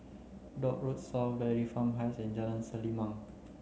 Dock Road South Dairy Farm Heights and Jalan Selimang